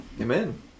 Amen